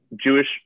Jewish